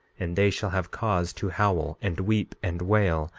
and they shall have cause to howl, and weep, and wail,